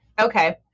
okay